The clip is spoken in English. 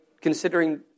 considering